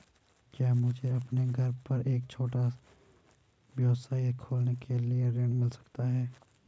क्या मुझे अपने घर पर एक छोटा व्यवसाय खोलने के लिए ऋण मिल सकता है?